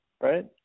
right